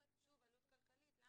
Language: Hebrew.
--- אז